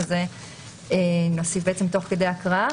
שזה נוסיף בעצם תוך כדי הקראה.